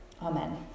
Amen